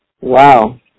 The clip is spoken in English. Wow